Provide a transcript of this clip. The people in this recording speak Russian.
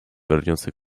вернется